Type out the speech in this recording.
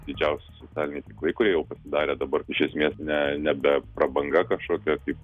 didžiausi socialiniai tinklai kurie jau pasidarė dabar iš esmės ne nebe prabanga kažkokia kaip